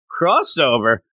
Crossover